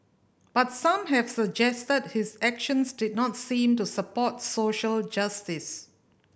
but some have suggested his actions did not seem to support social justice